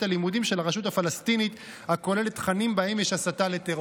הלימודים של הרשות הפלסטינית הכוללת תכנים שבהם יש הסתה לטרור.